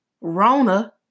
Rona